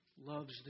loves